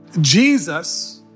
Jesus